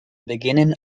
beginning